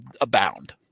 abound